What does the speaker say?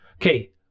Okay